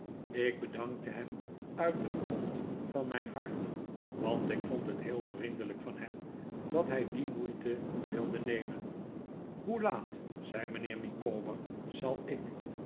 ik bedankte hem uit den grond van mijn hart want ik vond het heel vriendelijk van hem dat hij die moeite wilde nemen hoe laat zei mijnheer micawber zal ik